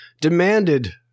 demanded